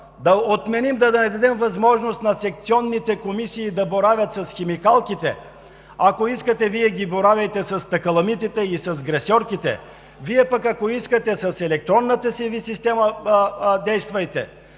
да отменим, да не дадем възможност на секционните комисии да боравят с химикалките, ако искате, Вие боравете с такаламитите и с гресьорките, Вие пък, ако искате, действайте с електронната си система,